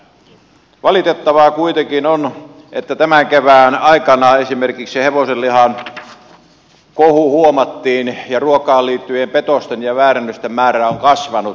valitettavaa kuitenkin on että tämän kevään aikana esimerkiksi hevosenlihakohu huomattiin ja ruokaan liittyvien petosten ja väärennösten määrä on kasvanut